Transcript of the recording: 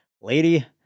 Lady